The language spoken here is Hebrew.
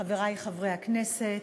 חברי חברי הכנסת,